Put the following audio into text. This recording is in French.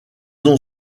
ont